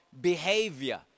behavior